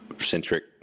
centric